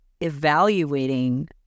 evaluating